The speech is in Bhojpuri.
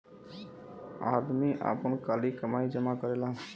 आदमी आपन काली कमाई जमा करेला